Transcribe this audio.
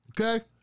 Okay